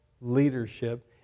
leadership